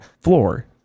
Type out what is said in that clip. floor